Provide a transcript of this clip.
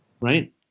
right